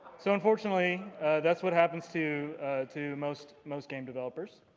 so unfortunately that's what happens to to most most game developers.